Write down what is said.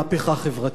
ממהפכה חברתית.